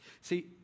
See